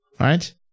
right